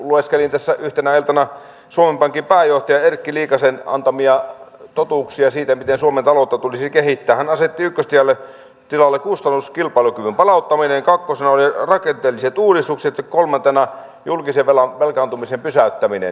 lueskelin tässä yhtenä iltana suomen pankin pääjohtajan erkki liikasen antamia totuuksia siitä miten suomen taloutta tulisi kehittää ja hän asetti ykköstilalle kustannuskilpailukyvyn palauttamisen kakkosena olivat rakenteelliset uudistukset ja kolmantena julkisen velkaantumisen pysäyttäminen